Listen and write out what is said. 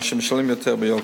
שמשלמים יותר ביוקר.